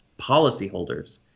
policyholders